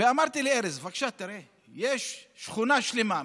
ואמרתי לארז: בבקשה, תראה, יש שכונה שלמה.